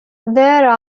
there